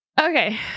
Okay